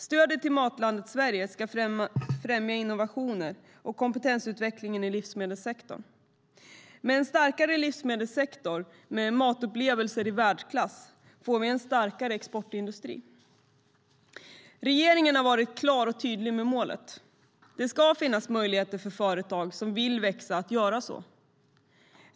Stödet till Matlandet Sverige ska främja innovationer och kompetensutveckling i livsmedelssektorn. Med en starkare livsmedelssektor och med matupplevelser i världsklass får vi en starkare exportindustri. Regeringen har varit klar och tydlig med målet. Det ska finnas möjligheter för företag som vill växa att göra så.